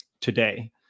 today